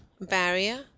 Barrier